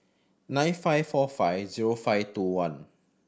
nine five four five zero five two one